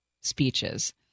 speeches